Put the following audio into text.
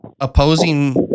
opposing